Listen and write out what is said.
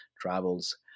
travels